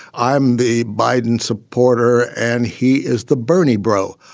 i'm the biden supporter and he is the bernie bro,